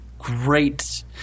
great